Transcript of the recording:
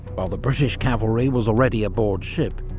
while the british cavalry was already aboard ship.